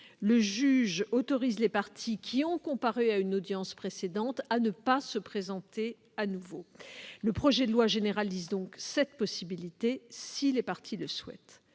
le juge autorise les parties qui ont comparu à une audience précédente à ne pas se présenter de nouveau. Le projet de loi tend donc à généraliser une telle possibilité, si les parties le souhaitent.